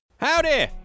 Howdy